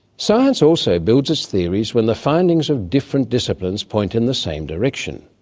science also builds its theories when the findings of different disciplines point in the same direction.